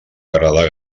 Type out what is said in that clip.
agradar